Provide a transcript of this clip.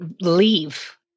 leave